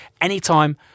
anytime